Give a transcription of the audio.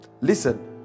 Listen